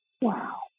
Wow